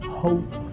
hope